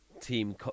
team